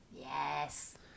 Yes